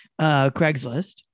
Craigslist